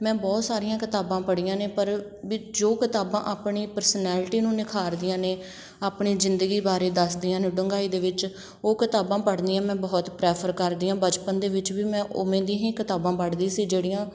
ਮੈਂ ਬਹੁਤ ਸਾਰੀਆਂ ਕਿਤਾਬਾਂ ਪੜ੍ਹੀਆਂ ਨੇ ਪਰ ਵੀ ਜੋ ਕਿਤਾਬਾਂ ਆਪਣੇ ਪਰਸਨੈਲਿਟੀ ਨੂੰ ਨਿਖਾਰਦੀਆਂ ਨੇ ਆਪਣੇ ਜ਼ਿੰਦਗੀ ਬਾਰੇ ਦੱਸਦੀਆਂ ਨੇ ਡੁੰਘਾਈ ਦੇ ਵਿੱਚ ਉਹ ਕਿਤਾਬਾਂ ਪੜ੍ਹਨੀਆਂ ਮੈਂ ਬਹੁਤ ਪ੍ਰੈਫਰ ਕਰਦੀ ਹਾਂ ਬਚਪਨ ਦੇ ਵਿੱਚ ਵੀ ਮੈਂ ਉਵੇਂ ਦੀ ਹੀ ਕਿਤਾਬਾਂ ਪੜ੍ਹਦੀ ਸੀ ਜਿਹੜੀਆਂ